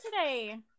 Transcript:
today